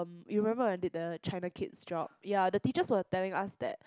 you remember I did the China kids job ya the teachers were telling us that